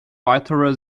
weitere